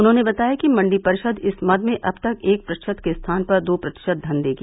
उन्होंने बताया कि मंडी परिषद इस मद में अब एक प्रतिशत के स्थान पर दो प्रतिशत धन देगी